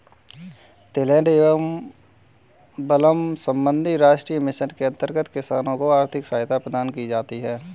तिलहन एवं एल्बम संबंधी राष्ट्रीय मिशन के अंतर्गत किसानों को आर्थिक सहायता प्रदान की जाती है